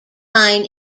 line